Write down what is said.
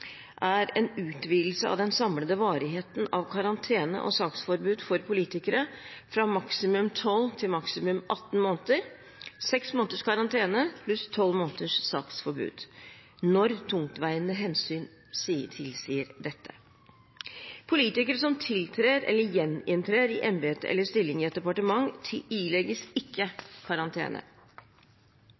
er en utvidelse av den samlede varigheten av karantene og saksforbud for politikere fra maksimum12 til maksimum 18 måneder, 6 måneders karantene pluss 12 måneders saksforbud, når tungtveiende hensyn tilsier dette. Politikere som tiltrer eller gjeninntrer i embete eller stilling i et departement, ilegges ikke karantene.